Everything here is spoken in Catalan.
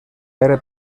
pere